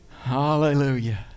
Hallelujah